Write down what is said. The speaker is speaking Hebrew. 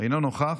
אינו נוכח,